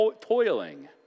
toiling